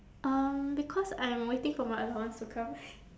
um because I'm waiting for my allowance to come